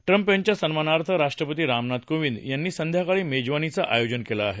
Trump यांच्या सन्मानार्थ राष्ट्रपती रामनाथ कोविद यांनी संध्याकाळी मेजवानीचं अयोजन केलं आहे